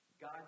God